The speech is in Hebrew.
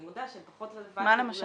אני מודה שהן פחות רלוונטיות --- מה למשל?